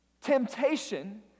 temptation